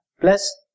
plus